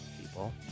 people